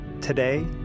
Today